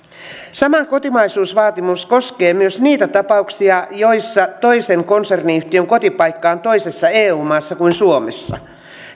sama kotimaisuusvaatimus koskee myös niitä tapauksia joissa toisen konserniyhtiön kotipaikka on toisessa eu maassa kuin suomessa